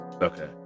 Okay